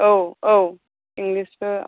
औ औ इंलिसआ